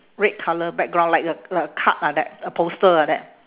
red colour background like a like a card like that a poster like that